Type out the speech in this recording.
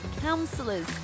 councillors